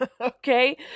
Okay